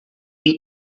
then